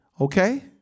Okay